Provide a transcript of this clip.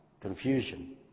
Confusion